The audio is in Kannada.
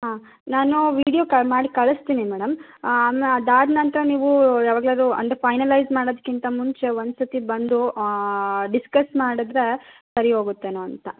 ಹಾಂ ನಾನು ವಿಡಿಯೋ ಮಾಡಿ ಕಳಿಸ್ತೀನಿ ಮೇಡಮ್ ಅದಾದ ನಂತರ ನೀವು ಯಾವಾಗ್ಲಾದರೂ ಅಂದರೆ ಫೈನಲೈಸ್ ಮಾಡೋದಕ್ಕಿಂತ ಮುಂಚೆ ಒಂದು ಸತಿ ಬಂದು ಡಿಸ್ಕಸ್ ಮಾಡಿದ್ರೆ ಸರಿ ಹೋಗುತ್ತೇನೋ ಅಂತ